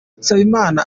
nsabimana